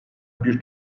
bir